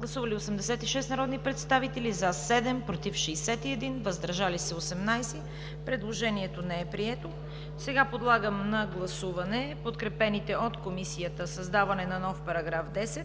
Гласували 86 народни представители: за 7, против 61, въздържали се 18. Предложението не е прието. Сега подлагам на гласуване подкрепените от Комисията: създаване на нов § 10